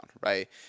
right